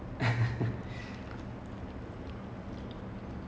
do you have anything in mind like that you will remember forever